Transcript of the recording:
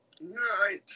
Right